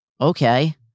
Okay